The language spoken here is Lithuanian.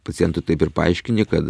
pacientui taip ir paaiškini kad